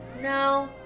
No